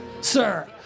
sir